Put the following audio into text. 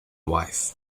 wife